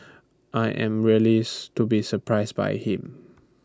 I am really to be surprised by him